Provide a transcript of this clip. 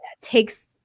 takes